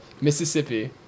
Mississippi